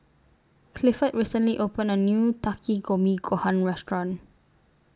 Clifford recently opened A New Takikomi Gohan Restaurant